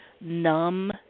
numb